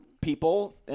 people